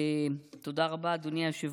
תודה רבה, אדוני היושב-ראש.